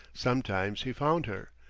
sometimes he found her,